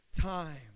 time